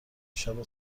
شبو